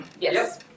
Yes